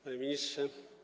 Panie Ministrze!